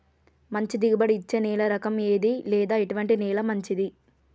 మంచి దిగుబడి ఇచ్చే నేల రకం ఏది లేదా ఎటువంటి నేల మంచిది?